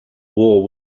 war